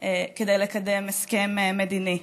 כדי לקדם הסכם מדיני.